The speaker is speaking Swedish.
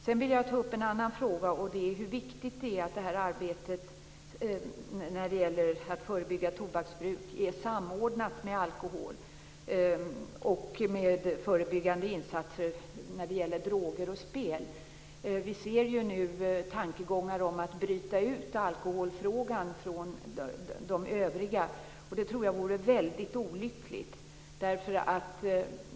Jag vill också ta upp en annan fråga, och den gäller hur viktigt det är att arbetet när det gäller att förebygga tobaksbruk är samordnat med förebyggande insatser mot alkohol, droger och spel. Vi ser ju nu tankegångar om att bryta ut alkoholfrågan från de övriga, och det tror jag vore väldigt olyckligt.